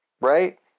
Right